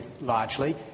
largely